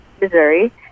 Missouri